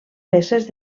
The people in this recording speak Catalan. peces